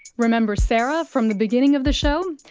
remember sarah, from the beginning of the show?